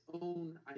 own